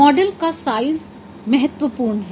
model का size महत्वपूर्ण है